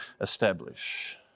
establish